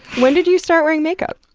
when did you start wearing makeup?